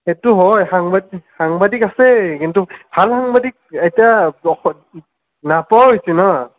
সেইটো হয় সাংবাদি সাংবাদিক আছে কিন্তু ভাল সাংবাদিক এতিয়া নোপোৱা হৈছি না